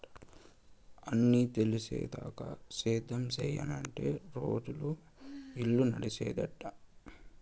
అన్నీ తెలిసేదాకా సేద్యం సెయ్యనంటే రోజులు, ఇల్లు నడిసేదెట్టా